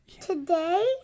today